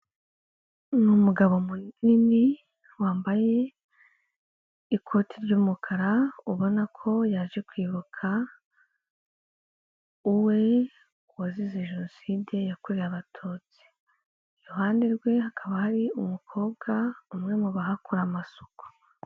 Ni umugabo munini, wambaye ikoti ry'umukara ubona ko yaje kwibuka uwe wazize jenoside yakorewe abatutsi. Iruhande rwe, hakaba hari umukobwa umwe mu bahakora amasuku.